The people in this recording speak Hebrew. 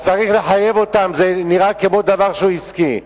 אז צריך לחייב אותם, זה נראה כמו דבר שהוא עסקי.